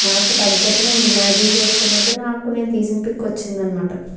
నాకు తగ్గట్టు నేను ఇమ్యాజిన్ చేసుకున్నట్టు నాకు నేను తీసిన పిక్ వచ్చిందన్నమాట